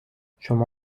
شما